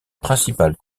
principale